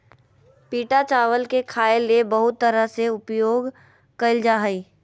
पिटा चावल के खाय ले बहुत तरह से उपयोग कइल जा हइ